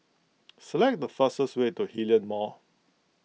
select the fastest way to Hillion Mall